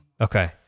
Okay